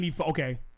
Okay